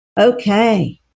Okay